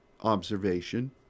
observation